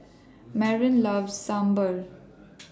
Mervin loves Sambar